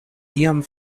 iam